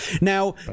now